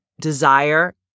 desire